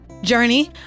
journey